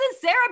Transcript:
Sarah